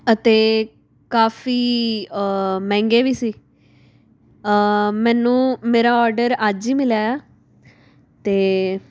ਅਤੇ ਕਾਫ਼ੀ ਮਹਿੰਗੇ ਵੀ ਸੀ ਮੈਨੂੰ ਮੇਰਾ ਔਡਰ ਅੱਜ ਹੀ ਮਿਲਿਆ ਅਤੇ